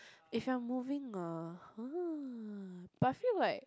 if you are moving ah !huh! but I feel like